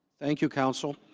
thank you counsel